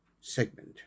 segment